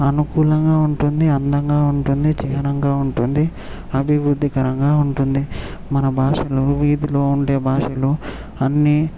అనుకూలంగా ఉంటుంది అందంగా ఉంటుంది చిహ్నంగా ఉంటుంది అభివృద్ధికరంగా ఉంటుంది మన భాషలో వీధిలో ఉండే భాషలు అన్నీ